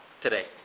today